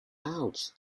ouch